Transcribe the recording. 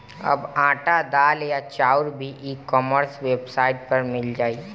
अब आटा, दाल या चाउर भी ई कॉमर्स वेबसाइट पर मिल जाइ